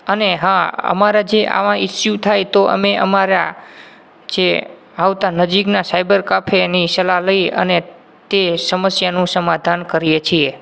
અને હા અમારા જે આવા ઇસ્યૂ થાય તો અમે અમારા જે આવતાં નજીકનાં સાઇબર કાફેની સલાહ લઈ અને તે સમસ્યાનું સમાધાન કરીએ છીએ